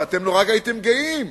ונורא הייתם גאים,